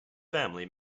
family